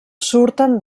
surten